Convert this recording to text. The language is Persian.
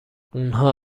اونها